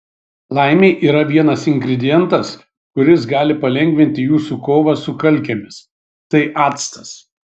laimei yra vienas ingredientas kuris gali palengvinti jūsų kovą su kalkėmis tai actas